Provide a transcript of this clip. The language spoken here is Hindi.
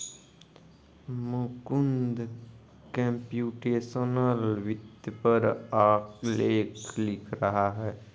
मुकुंद कम्प्यूटेशनल वित्त पर आलेख लिख रहा है